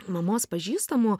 mamos pažįstamų